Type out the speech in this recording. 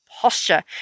posture